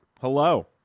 hello